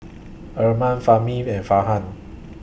Iman Fahmi and Farhan